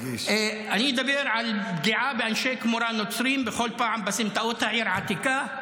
אני אדבר על פגיעה באנשי כמורה נוצריים בכל פעם בסמטאות העיר העתיקה.